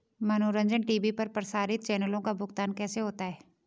मनोरंजन टी.वी पर प्रसारित चैनलों का भुगतान कैसे होता है?